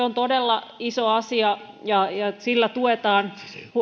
on todella iso asia ja ja sillä tuetaan